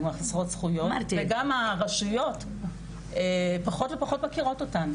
וגם הרשויות פחות מכירות אותן.